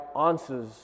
answers